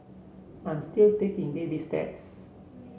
I'm still taking baby steps